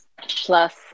plus